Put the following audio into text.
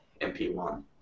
MP1